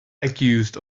accused